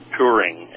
Touring